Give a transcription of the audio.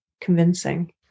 convincing